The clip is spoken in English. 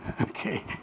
Okay